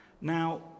Now